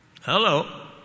Hello